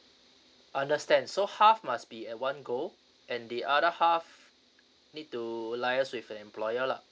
understand so half must be at one go and the other half need to liaise with the employer lah